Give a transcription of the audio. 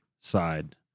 side